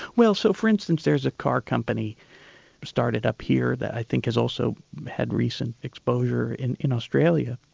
well so for instance, there is a car company started up here that i think is also had recent exposure in in australia,